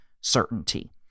certainty